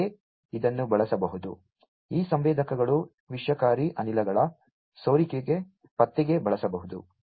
ಅಂತೆಯೇ ಇದನ್ನು ಬಳಸಬಹುದು ಈ ಸಂವೇದಕಗಳು ವಿಷಕಾರಿ ಅನಿಲಗಳ ಸೋರಿಕೆ ಪತ್ತೆಗೆ ಬಳಸಬಹುದು